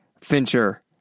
fincher